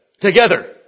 together